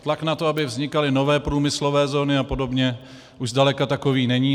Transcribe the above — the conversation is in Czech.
Tlak na to, aby vznikaly nové průmyslové zóny a podobně, už zdaleka takový není.